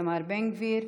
מאיר פרוש ואיתמר בן גביר.